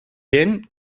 gent